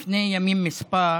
לפני ימים מספר